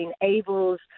enables